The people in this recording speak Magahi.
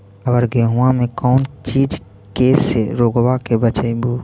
अबर गेहुमा मे कौन चीज के से रोग्बा के बचयभो?